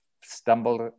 stumbled